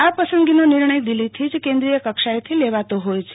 આ પસંદગીનો નિર્ણય દિલ્ફીથી જ કેન્દ્રીય કક્ષાએથી લેવાતો જોય છે